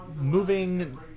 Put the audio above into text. Moving